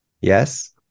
Yes